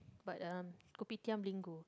but uh kopitiam lingo